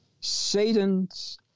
Satan's